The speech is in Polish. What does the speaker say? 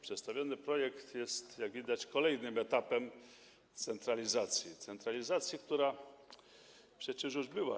Przedstawiony projekt jest, jak widać, kolejnym etapem centralizacji, centralizacji, która przecież już była.